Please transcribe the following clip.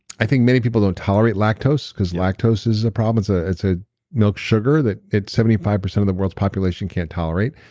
i think many people don't tolerate lactose, because lactose is a problem. it's ah it's a milk sugar that it's seventy five percent of the world's population can't tolerate.